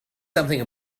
something